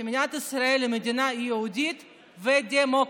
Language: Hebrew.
שמדינת ישראל היא מדינה יהודית ודמוקרטית.